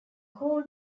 call